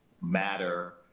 matter